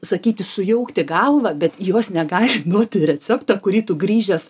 sakyti sujaukti galvą bet jos negali duoti receptą kurį tu grįžęs